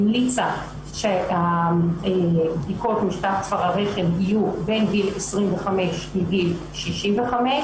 המליצה שבדיקות משטח צוואר הרחם יהיו בין גיל 25 לגיל 65,